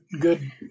good